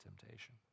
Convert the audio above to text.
temptation